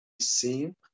seen